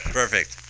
perfect